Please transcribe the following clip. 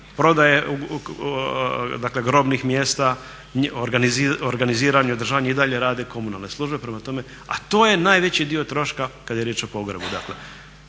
dakle grobnih mjesta, organiziranje, održavanje i dalje rade komunalne službe. Prema tome, a to je najveći dio troška kad je riječ o pogrebu.